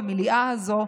במליאה הזו,